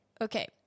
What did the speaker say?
Okay